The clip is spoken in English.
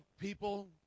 people